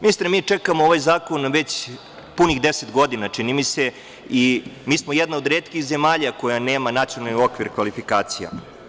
Ministre, mi čekamo ovaj zakon već punih 10 godina, čini mi se, i mi smo jedna od retkih zemalja koja nema nacionalni okvir kvalifikacija.